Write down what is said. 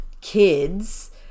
kids